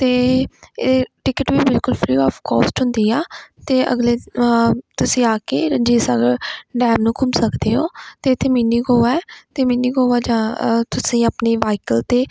ਅਤੇ ਇਹ ਟਿਕਟ ਵੀ ਬਿਲਕੁਲ ਫਰੀ ਔਫ ਕੋਸਟ ਹੁੰਦੀ ਆ ਅਤੇ ਅਗਲੇ ਤੁਸੀਂ ਆ ਕੇ ਰਣਜੀਤ ਸਾਗਰ ਡੈਮ ਨੂੰ ਘੁੰਮ ਸਕਦੇ ਹੋ ਅਤੇ ਇੱਥੇ ਮਿੰਨੀ ਗੋਆ ਹੈ ਅਤੇ ਮਿੰਨੀ ਗੋਆ ਜਾਂ ਤੁਸੀਂ ਆਪਣੀ ਵਾਹੀਕਲ 'ਤੇ